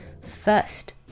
first